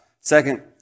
Second